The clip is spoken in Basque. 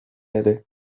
ere